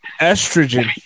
estrogen